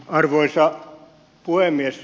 arvoisa puhemies